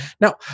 Now